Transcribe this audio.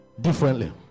differently